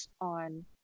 on